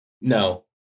No